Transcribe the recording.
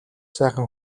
сайхан